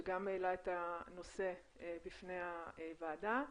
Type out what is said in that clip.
שגם העלה את הנושא בפני הוועדה.